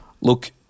Look